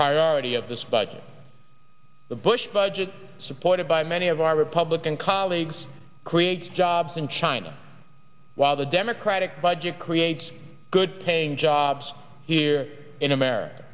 priority of this budget the bush budget supported by many of our republican colleagues create jobs in china while the democratic budget creates good paying jobs here in america